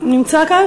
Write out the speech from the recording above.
אפשר להודיע ההפך?